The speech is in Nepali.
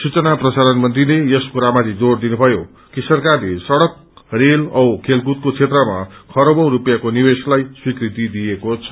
सूचना प्रसारण मन्त्रीले यस कुरामाथि जोङ् दिनुषयो कि सरकारले सड्क रेत औ खेलकूदको क्षेत्रमा खरबौं रुपियाँको निवेशलाई स्वीकृति दिएको छ